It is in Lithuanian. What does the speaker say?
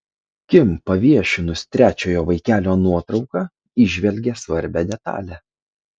kim paviešinus trečiojo vaikelio nuotrauką įžvelgė svarbią detalę